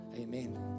Amen